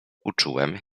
uczułem